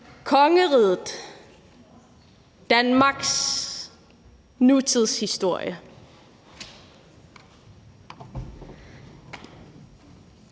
Kongeriget. Danmarks nutidshistorie.